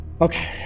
Okay